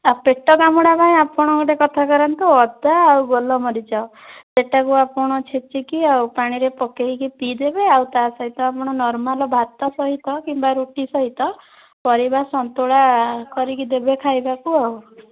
ଆଉ ପେଟ କାମୁଡ଼ା ପାଇଁ ଆପଣ ଗୋଟେ କଥା କରନ୍ତୁ ଅଦା ଆଉ ଗୋଲମରିଚ ସେଟାକୁ ଆପଣ ଛେଚିକି ଆଉ ପାଣିରେ ପକେଇକି ପି ଦେବେ ଆଉ ତା ସହିତ ଆପଣ ନର୍ମାଲ୍ ଭାତ ସହିତ କିମ୍ବା ରୁଟି ସହିତ ପରିବା ସନ୍ତୁଳା କରିକି ଦେବେ ଖାଇବାକୁ ଆଉ